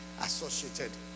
associated